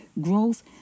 growth